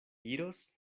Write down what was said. iros